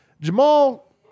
Jamal